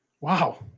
Wow